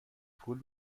پول